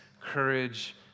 courage